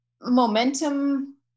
momentum